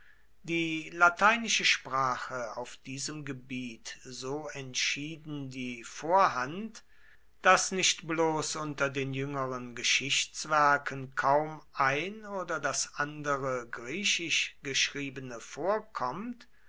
die lateinische sprache auf diesem gebiet so entschieden die vorhand daß nicht bloß unter den jüngeren geschichtswerken kaum ein oder das andere griechisch geschriebene vorkommt